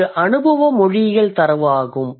இது அனுபவ மொழியியல் தரவு ஆகும்